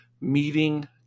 Meeting